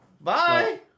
Bye